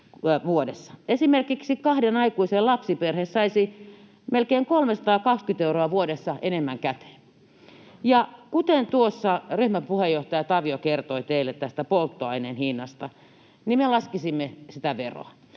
Esimerkiksi kahden aikuisen lapsiperhe saisi melkein 320 euroa vuodessa enemmän käteen. Kuten tuossa ryhmäpuheenjohtaja Tavio kertoi teille tästä polttoaineen hinnasta, niin me laskisimme sitä veroa.